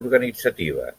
organitzatives